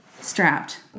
strapped